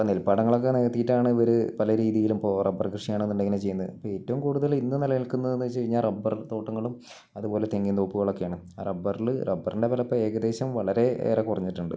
ഇപ്പോൾ നെൽപ്പാടങ്ങളൊക്കെ നികത്തിയിട്ടാണ് ഇവർ പല രീതിയിലും ഇപ്പോൾ റബ്ബർ കൃഷി ആണെന്നുണ്ടെങ്കിൽ ചെയ്യുന്നത് ഇപ്പം ഏറ്റവും കൂടുതൽ ഇന്ന് നിലനിൽക്കുന്നത് എന്ന് വെച്ച് കഴിഞ്ഞാൽ റബ്ബർ തോട്ടങ്ങളും അതുപോലെ തേങ്ങിൻ തോപ്പുകളൊക്കെയാണ് റബ്ബറിൽ റബ്ബറിൻ്റെ വില ഏകദേശം വളരെ ഏറെ കുറഞ്ഞിട്ടുണ്ട്